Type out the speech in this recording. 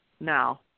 now